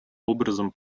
образом